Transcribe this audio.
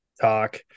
talk